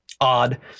odd